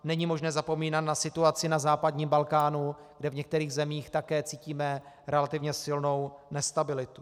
Není možné zapomínat na situaci na západním Balkánu, kde v některých zemích také cítíme relativně silnou nestabilitu.